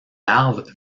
larves